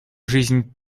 жизнь